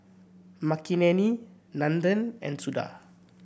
Makineni Nandan and Suda